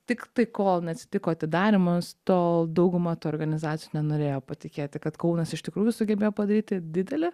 tik tik kol neatsitiko atidarymas tol dauguma tų organizacijų nenorėjo patikėti kad kaunas iš tikrųjų sugebėjo padaryti didelę